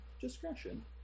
discretion